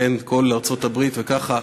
ארצות-הברית וככה,